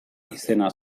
izena